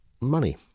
money